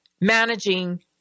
managing